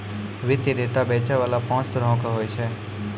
वित्तीय डेटा बेचै बाला पांच तरहो के होय छै